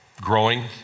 growing